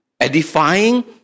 edifying